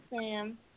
Sam